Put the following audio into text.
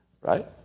right